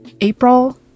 april